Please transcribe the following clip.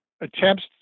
attempts